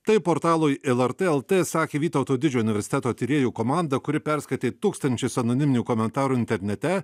taip portalui lrt lt sakė vytauto didžiojo universiteto tyrėjų komanda kuri perskaitė tūkstančius anoniminių komentarų internete